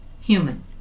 human